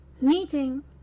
meeting